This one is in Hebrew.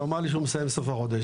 שהוא אמר לי שהוא מסיים בסוף החודש.